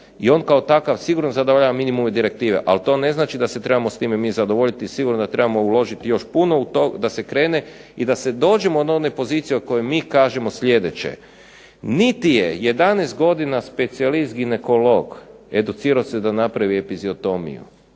i on kao takav sigurno zadovoljava minimum ove direktive, ali to ne znači da se trebamo s time mi zadovoljiti, sigurno da trebamo uložiti još puno u to da se krene i da se dođemo do one pozicije od koje mi kažemo sljedeće, niti je 11 godina specijalist ginekolog educirao se da napravi epiziotomiju,